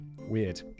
weird